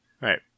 Right